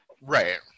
right